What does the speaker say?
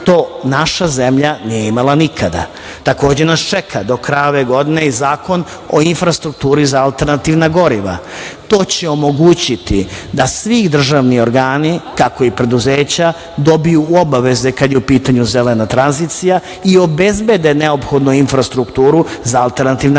To naša zemlja nije imala nikada. Takođe nas čeka do kraja ove godine i Zakon o infrastrukturi za alternativna goriva. To će omogućiti da svi državni organi, kako i preduzeća dobiju u obaveze kada je u pitanju zelena tranzicija i obezbede neophodnu infrastrukturu za alternativna goriva. Mi